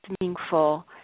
meaningful